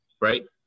right